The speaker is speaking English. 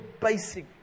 basic